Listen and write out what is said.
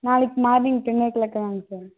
நாளைக்கு morning ten ஓ கிளாக்காக வாங்க சார்